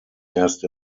erst